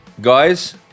guys